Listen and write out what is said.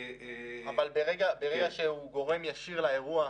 ברגע שהוא גורם ישיר לאירוע,